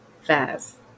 fast